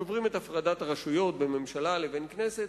שוברים את הפרדת הרשויות בין ממשלה לבין כנסת,